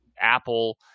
Apple